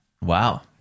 Wow